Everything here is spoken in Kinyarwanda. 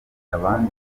abandi